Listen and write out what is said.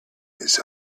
this